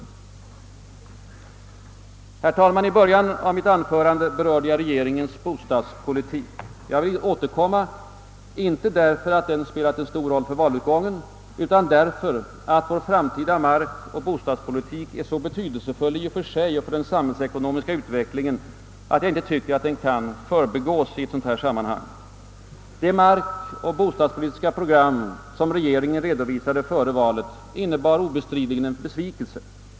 Herr talman! I början av mitt anförande berörde jag regeringens bostadspolitik. Jag vill återkomma, inte därför att den spelade en stor roll för valutgången utan därför att vår framtida markoch bostadspolitik är så betydelsefull i och för sig och för den samhällsekonomiska utvecklingen att jag inte tycker att den kan förbigås i ett dylikt sammanhang. Det markoch bostadspolitiska program, som regeringen redovisade före valet, innebar obestridligen mycket av besvikelse.